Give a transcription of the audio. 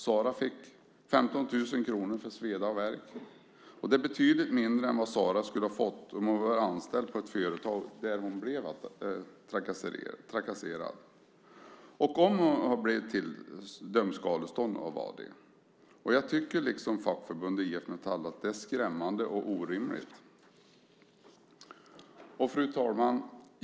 Sara fick 15 000 kronor för sveda och värk, vilket är betydligt mindre än hon skulle ha fått om hon varit anställd av det företag där hon blev trakasserad och blivit tilldömd skadestånd av Arbetsdomstolen. Jag tycker, liksom fackförbundet IF Metall, att det hela är skrämmande och orimligt. Fru talman!